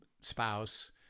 spouse